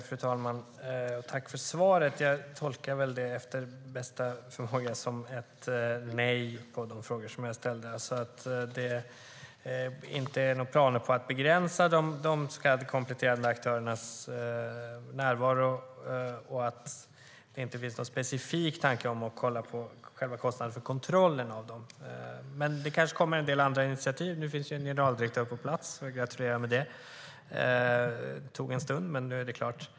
Fru talman! Jag tackar för svaret och tolkar väl det, efter bästa förmåga, som ett nej till de frågor jag ställde. Det finns alltså inga planer på att begränsa de så kallade kompletterande aktörernas närvaro, och det finns ingen specifik tanke att kolla på kostnaden för kontrollen av dem. Men det kanske kommer en del andra initiativ - nu finns ju en generaldirektör på plats. Jag gratulerar till det. Det tog en stund, men nu är det klart.